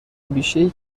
بیشهای